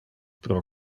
pro